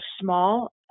small